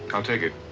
ah i'll take it.